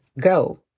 go